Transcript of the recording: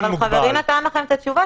אבל חברי נתן לכם את התשובה,